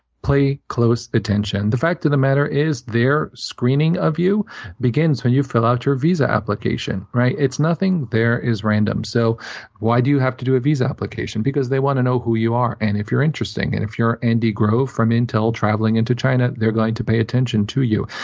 pay close attention. the fact of the matter is their screening of you begins when you fill out your visa application. right? nothing there is random. so why do you have to do a visa application? because they want to know who you are and if you're interesting. and if you're andy grove from intel, traveling into china, they're going to pay attention to you.